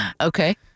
okay